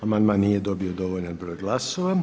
Amandman nije dobio dovoljan broj glasova.